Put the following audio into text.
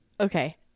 Okay